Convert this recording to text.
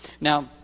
Now